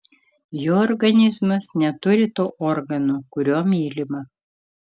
jo organizmas neturi to organo kuriuo mylima